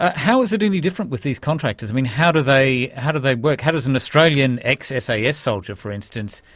ah how is it any different with these contractors? i mean, how do they. how do they work? how does an australian ex-sas yeah soldier, for instance,